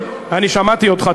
אני שמעתי אותך,